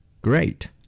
Great